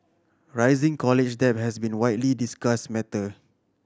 rising college debt has been a widely discuss matter